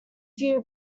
few